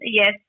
Yes